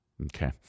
Okay